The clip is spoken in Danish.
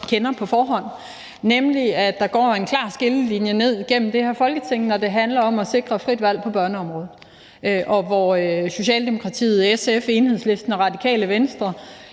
kender på forhånd, nemlig at der går en klar skillelinje gennem det her Folketing, når det handler om at sikre frit valg på børneområdet. Socialdemokratiet, SF, Enhedslisten og Radikale Venstre